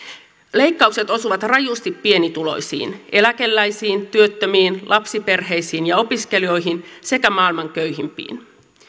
leikkaukset osuvat rajusti pienituloisiin eläkeläisiin työttömiin lapsiperheisiin ja opiskelijoihin sekä maailman köyhimpiin